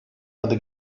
adi